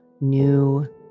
new